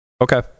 Okay